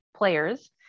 players